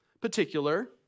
particular